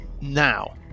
Now